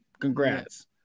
Congrats